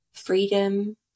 freedom